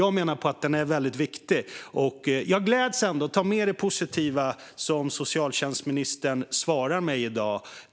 Jag menar att den är väldigt viktig och gläds ändå åt det positiva som socialtjänstministern svarar mig i dag.